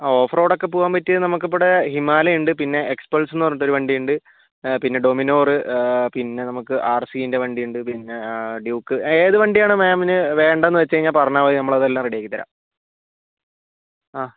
off road ഒക്കെ പോവാൻ പറ്റിയ നമ്മൾക്ക് ഇപ്പോൾ ഇവടെ ഹിമാലയ ഉണ്ട് പിന്നെ എക്സ്പൾസ് എന്ന് പറഞ്ഞിട്ടൊരു വണ്ടി ഉണ്ട് പിന്നെ ഡൊമിനോർ പിന്നെ നമ്മൾക്ക് ആർസീൻ്റെ വണ്ടി ഉണ്ട് പിന്നെ ഡ്യൂക്ക് ഏത് വണ്ടി ആണ് മാമിന് വേണ്ടതെന്ന് വച്ചു കഴിഞ്ഞാൽ പറഞ്ഞാൽമതി നമ്മൾ അതെല്ലാം റെഡിയാക്കിത്തരാം ആ